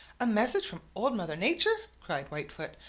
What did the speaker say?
a message from old mother nature! cried whitefoot,